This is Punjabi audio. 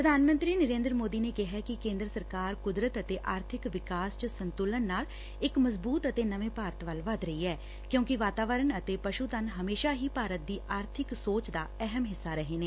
ਪ੍ਧਾਨ ਮੰਤਰੀ ਨਰੇਂਦਰ ਮੋਦੀ ਨੇ ਕਿਹੈ ਕਿ ਕੇਂਦਰ ਸਰਕਾਰ ਕੁਦਰਤ ਅਤੇ ਆਰਥਿਕ ਵਿਕਾਸ ਚ ਸੁਤੰਲਨ ਨਾਲ ਇਕ ਮਜਬੂਤ ਅਤੇ ਨਵੇਂ ਭਾਰਤ ਵੱਲ ਵਧ ਰਹੀ ਐ ਕਿਉਂਕਿ ਵਾਤਾਵਰਨ ਅਤੇ ਪਸੂ ਧਨ ਹਮੇਸ਼ਾ ਹੀ ਭਾਰਤ ਦੀ ਆਰਬਿਕ ਸੋਚ ਦਾ ਅਹਿਮ ਹਿੱਸਾ ਰਹੇ ਨੇ